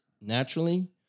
naturally